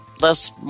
less